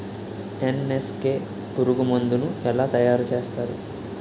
NSK పురుగు మందు ను ఎలా తయారు చేస్తారు?